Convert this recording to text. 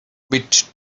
mit